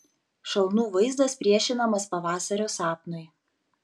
šalnų vaizdas priešinamas pavasario sapnui